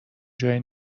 جای